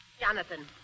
Jonathan